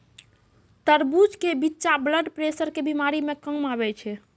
तरबूज के बिच्चा ब्लड प्रेशर के बीमारी मे काम आवै छै